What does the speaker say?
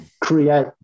create